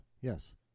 yes